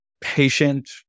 patient